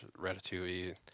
Ratatouille